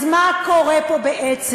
אז מה קורה פה בעצם?